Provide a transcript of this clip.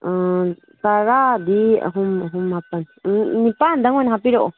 ꯇꯔꯥꯗꯤ ꯑꯍꯨꯝ ꯑꯍꯨꯝ ꯃꯥꯄꯟ ꯅꯤꯄꯥꯟꯗꯪ ꯑꯣꯏꯅ ꯍꯥꯞꯄꯤꯔꯛꯑꯣ